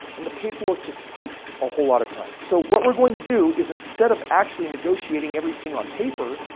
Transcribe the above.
and the paperwork just takes a whole lot of time. so, what we're going to do is instead of actually negotiating everything on paper,